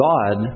God